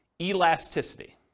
Elasticity